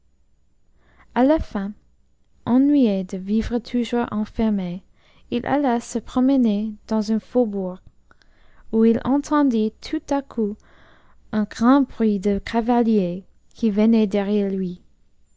a la fin ennuyé de vivre toujours enfermé il alla se promener dans un faùbourg où il entendit tout à coup un grand bruit de cavaliers qui venaient derrière lui